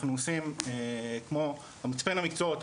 אנחנו עושים כמו מצפן המקצועות,